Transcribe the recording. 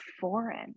foreign